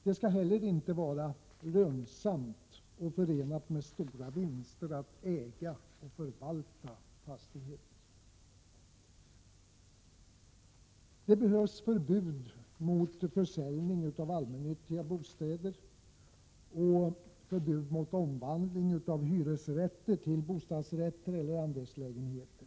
Det skall heller inte vara lönsamt och förenat med stora vinster att äga och förvalta fastigheter. Det behövs förbud mot försäljning av allmännyttiga bostäder och förbud mot omvandling av hyresrätter till bostadsrätt eller andelslägenhet.